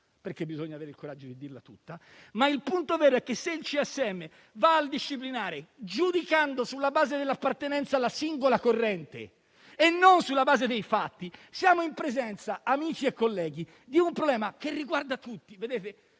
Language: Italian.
laici. Bisogna avere il coraggio di dirla tutta. Il punto vero è che, se il CSM va al disciplinare giudicando sulla base dell'appartenenza alla singola corrente e non sulla base dei fatti, siamo in presenza di un problema che riguarda tutti,